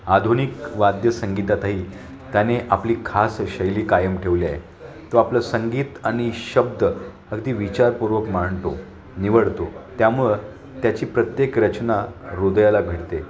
आधुनिक वाद्यसंगीतातही त्याने आपली खास शैली कायम ठेवली आहे तो आपलं संगीत आणि शब्द अगदी विचारपूर्वक मांडतो निवडतो त्यामुळं त्याची प्रत्येक रचना हृदयाला भिडते